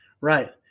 right